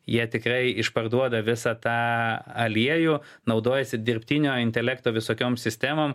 jie tikrai išparduoda visą tą aliejų naudojasi dirbtinio intelekto visokiom sistemom